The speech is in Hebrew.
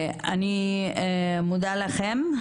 אני מודה לכם.